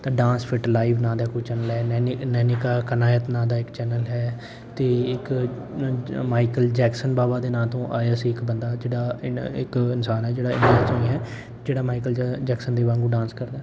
ਤਾਂ dance fit live ਨਾਮ ਦਾ ਕੋਈ ਚੈਨਲ ਹੈ ਨੈਨੀ ਨੈਨਿਕਾ ਥਨਾਇਆ ਨਾਮ ਦਾ ਇੱਕ ਚੈਨਲ ਹੈ ਅਤੇ ਇੱਕ ਮਾਈਕਲ ਜੈਕਸਨ ਬਾਵਾਂ ਦੇ ਨਾਮ ਤੋਂ ਆਇਆ ਸੀ ਇੱਕ ਬੰਦਾ ਜਿਹੜਾ ਇੱਕ ਇਨਸਾਨ ਹੈ ਜਿਹੜਾ ਹੈ ਜਿਹੜਾ ਮਾਈਕਲ ਜ ਜੈਕਸਨ ਦੇ ਵਾਂਗੂ ਡਾਂਸ ਕਰਦਾ